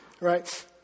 right